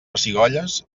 pessigolles